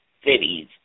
cities